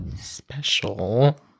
Special